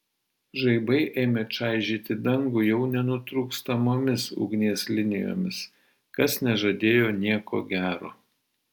žaibai ėmė čaižyti dangų jau nenutrūkstamomis ugnies linijomis kas nežadėjo nieko gero